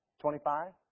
Twenty-five